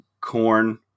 corn